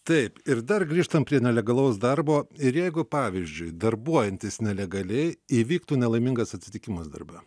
taip ir dar grįžtam prie nelegalaus darbo ir jeigu pavyzdžiui darbuojantis nelegaliai įvyktų nelaimingas atsitikimas darbe